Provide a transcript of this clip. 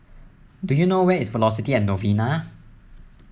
do you know where is Velocity at Novena